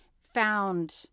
found